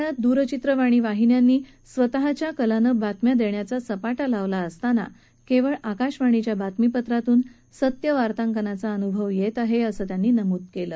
सध्याच्या काळात दूरचित्रवाणी वाहिन्यांनी स्वतःच्या कलानं बातम्या देण्याचा सपाटा लावला असताना केवळ आकाशवाणीच्या बातमीपत्रातून सत्य वार्तांकनाचा अनुभव येत आहे असं त्यांनी नमूद केलं